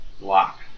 lock